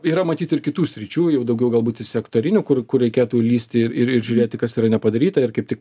yra matyt ir kitų sričių jau daugiau galbūt sektorinių kur kur reikėtų lįsti ir ir žiūrėti kas yra nepadaryta ir kaip tik